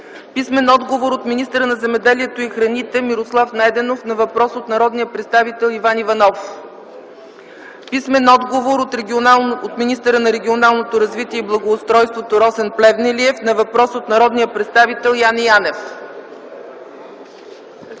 писмен отговор от министъра на земеделието и храните Мирослав Найденов на въпрос от народния представител Иван Иванов; - писмен отговор от министъра на регионалното развитие и благоустройството Росен Плевнелиев на въпрос на народния представител Яне Янев.